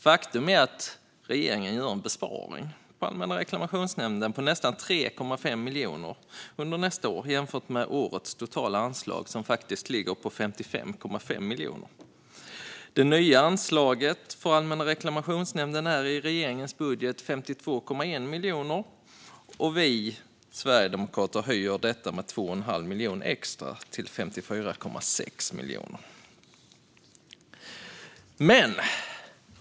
Faktum är att regeringen gör en besparing på nästan 3,5 miljoner nästa år på Allmänna reklamationsnämnden, jämfört med årets totala anslag på 55,5 miljoner. Det nya anslaget för Allmänna reklamationsnämnden är i regeringens budget 52,1 miljoner, och vi sverigedemokrater höjer det med 2,5 miljoner extra till 54,6 miljoner.